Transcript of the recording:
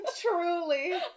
Truly